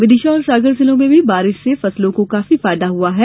विदिशा और सागर जिलों में भी बारिश से फसलों को काफी फायदा हुआ है